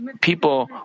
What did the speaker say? people